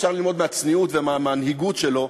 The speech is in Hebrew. שאפשר ללמוד מהצניעות ומהמנהיגות שלו,